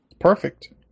Perfect